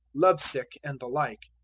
love-sick, and the like.